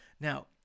Now